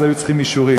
אז היו צריכים אישורים.